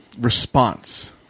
response